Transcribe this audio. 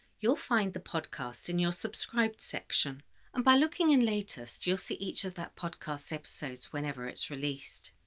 you'll find the podcasts in your subscribed section and, by looking in latest, you'll see each of that podcast's episodes whenever it's released.